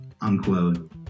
unquote